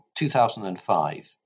2005